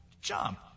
Jump